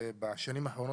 ובשנים האחרונות,